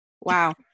Wow